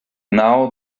now